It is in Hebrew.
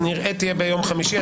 היא כנראה תהיה ביום חמישי.